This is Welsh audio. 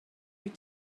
wyt